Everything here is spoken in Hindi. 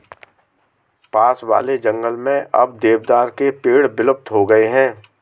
पास वाले जंगल में अब देवदार के पेड़ विलुप्त हो गए हैं